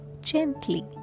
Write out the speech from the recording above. gently